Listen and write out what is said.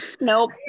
Nope